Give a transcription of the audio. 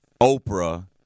Oprah